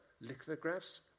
lithographs